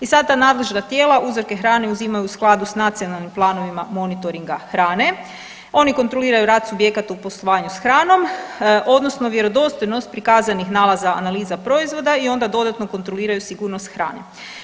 I sad ta nadležna tijela uzorke hrane uzimaju u skladu s nacionalnim planovima monitoringa hrane, oni kontroliraju rad subjekata u poslovanju s hranom odnosno vjerodostojnost prikazanih nalaza, analiza proizvoda i onda dodatno kontroliraju sigurnost hrane.